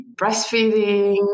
breastfeeding